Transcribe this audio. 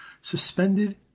suspended